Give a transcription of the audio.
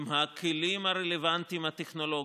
עם הכלים הרלוונטיים הטכנולוגיים,